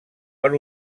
per